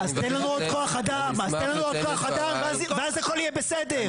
אז תן לנו עוד כוח אדם ואז הכל יהיה בסדר.